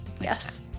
Yes